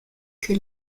que